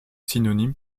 synonyme